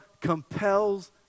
compels